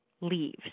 leaves